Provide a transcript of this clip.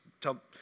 tell